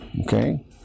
okay